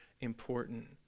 important